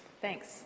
Thanks